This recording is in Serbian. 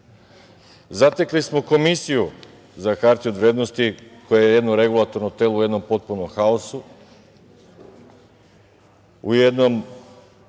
Zatekli smo Komisiju za hartiju od vrednosti koje je jedno regulatorno telo u jednom potpunom haosu, u jednom